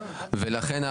ולכן,